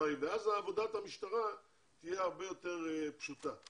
אז עבודת המשטרה תהיה הרבה יותר פשוטה.